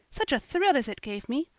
such a thrill as it gave me!